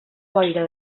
boira